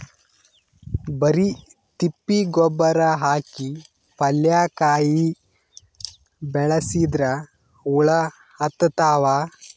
ಬರಿ ತಿಪ್ಪಿ ಗೊಬ್ಬರ ಹಾಕಿ ಪಲ್ಯಾಕಾಯಿ ಬೆಳಸಿದ್ರ ಹುಳ ಹತ್ತತಾವ?